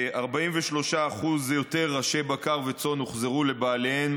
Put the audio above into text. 43% יותר ראשי בקר וצאן הוחזרו לבעליהם